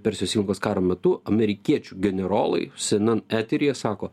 persijos įlankos karo metu amerikiečių generolai cnn eteryje sako